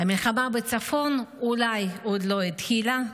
המלחמה בצפון אולי עוד לא התחילה,